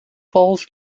falls